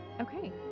Okay